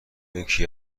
یکی